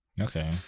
Okay